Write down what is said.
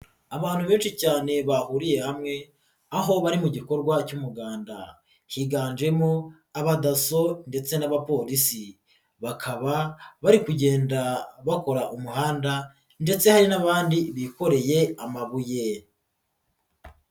Abantu benshi cyane bahuriye hamwe aho bari mu gikorwa cy'umuganda higanjemo abadaso ndetse n'abapolisi bakaba bari kugenda bakora umuhanda ndetse hari n'abandi bikoreye amabuye.